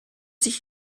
sich